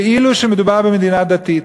כאילו מדובר במדינה דתית.